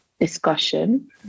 discussion